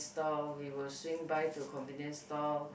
store we will swing by to convenient store